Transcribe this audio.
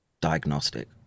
diagnostic